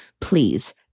please